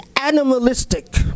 animalistic